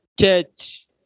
church